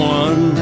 one